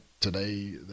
today